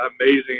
amazing